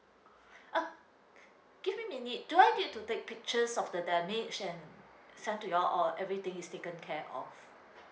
uh give me a minute do I need to take pictures of the damage and send to you all or everything is taken care of